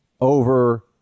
over